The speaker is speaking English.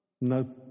No